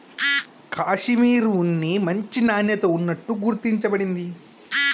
కాషిమిర్ ఉన్ని మంచి నాణ్యత ఉన్నట్టు గుర్తించ బడింది